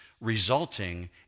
resulting